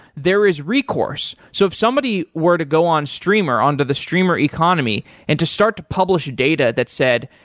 there is recourse. so if somebody were to go on streamr, under the streamr economy and to start to publish data that said,